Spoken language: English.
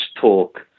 talk